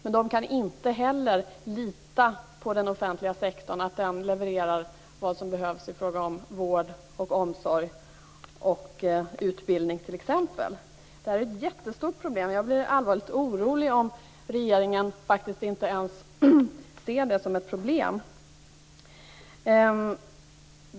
Men de kan inte heller lita på den offentliga sektorn. De kan inte lita på att den levererar vad som behövs i fråga om t.ex. vård, omsorg och utbildning. Detta är ett mycket stort problem. Jag blir allvarligt orolig om regeringen inte ens ser det här som ett problem.